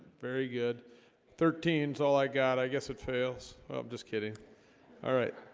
very good thirteen s all i got i guess it fails. i'm just kidding all right